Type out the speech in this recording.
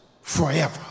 forever